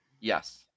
Yes